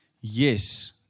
yes